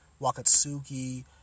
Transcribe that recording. Wakatsuki